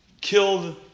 killed